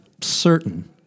certain